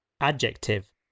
Adjective